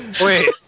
wait